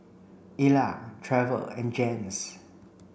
Ila Trever and Jens